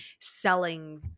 selling